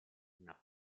una